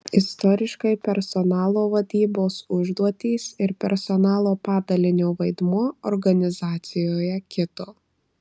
istoriškai personalo vadybos užduotys ir personalo padalinio vaidmuo organizacijoje kito